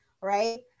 right